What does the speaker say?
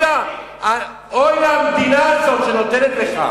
אוי למדינה הזאת שנותנת לך.